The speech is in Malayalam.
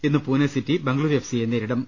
ഇന്ന് പൂനെ സിറ്റി ബംഗളുരു എഫ് സിയെ നേരിടും